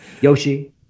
Yoshi